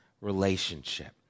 relationship